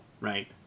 right